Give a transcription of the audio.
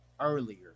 earlier